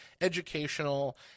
educational